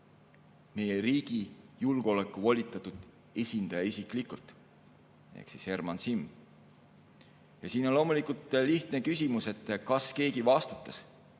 meie riigi julgeoleku volitatud esindaja isiklikult, Herman Simm. Ja siin on loomulikult lihtne küsimus: kas keegi vastutas